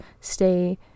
stay